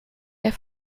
der